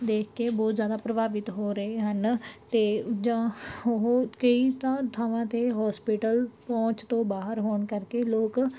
ਦੇਖ ਕੇ ਬਹੁਤ ਜ਼ਿਆਦਾ ਪ੍ਰਭਾਵਿਤ ਹੋ ਰਹੇ ਹਨ ਅਤੇ ਜਾਂ ਉਹ ਕਈ ਤਾਂ ਥਾਵਾਂ 'ਤੇ ਹੋਸਪਿਟਲ ਪਹੁੰਚ ਤੋਂ ਬਾਹਰ ਹੋਣ ਕਰਕੇ ਲੋਕ